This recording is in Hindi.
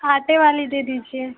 हाते वाली दे दीजिए